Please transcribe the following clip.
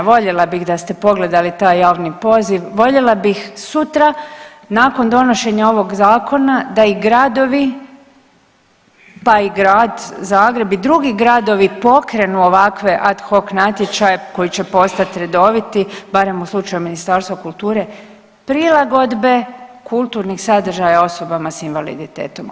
Voljela bih da ste pogledali taj javni poziv, voljela bih sutra nakon donošenja ovog zakona da i gradovi, pa i Grad Zagreb i drugi gradovi pokrenu ovakve ad hoc natječaje koji će postat redoviti barem u slučaju Ministarstva kulture, prilagodbe kulturnih sadržaja osobama s invaliditetom.